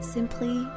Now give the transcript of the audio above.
simply